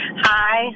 Hi